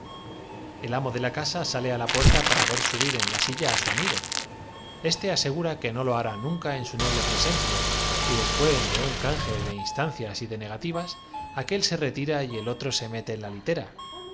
el amo de la casa sale á la y que el hijo del cielo dando sus pasaportes al pleni puerta para ver subir en potenciario contestó en estos términos al soberano la silla á su amigo este asegura que no lo hará nunca moscovita legatus tuus multa fecit rústice en su noble presencia y después de un cange de ins pero no es solamente en la corte donde se procede tancias y de negativas aquel se retira y el otro se mete en la litera